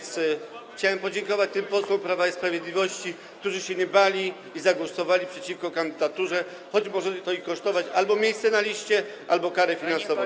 Chciałem podziękować tym posłom Prawa i Sprawiedliwości, którzy się nie bali i zagłosowali przeciwko kandydaturze, choć może to ich kosztować albo miejsce na liście, albo karę finansową.